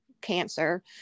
cancer